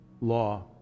law